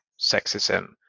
sexism